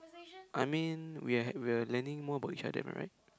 I mean we're we're learning more about each other right